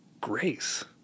grace